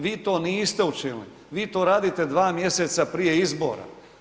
Vi to niste učinili, vi to radite 2 mjeseca prije izbora.